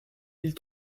ils